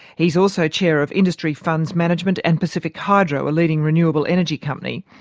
he's also chair of industry funds management and pacific hydro, a leading renewable energy company.